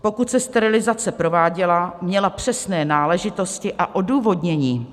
Pokud se sterilizace prováděla, měla přesné náležitosti a odůvodnění.